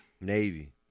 Navy